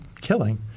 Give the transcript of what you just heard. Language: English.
killing